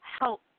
help